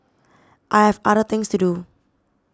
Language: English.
I have other things to do